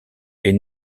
est